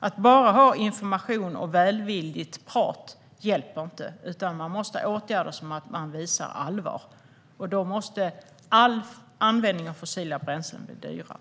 Att bara ha information och välvilligt prat hjälper inte, utan man måste ha åtgärder som visar att man menar allvar. Då måste all användning av fossila bränslen bli dyrare.